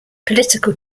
political